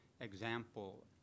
example